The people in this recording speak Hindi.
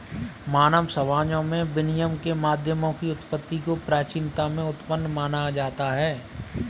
मानव समाजों में विनिमय के माध्यमों की उत्पत्ति को प्राचीनता में उत्पन्न माना जाता है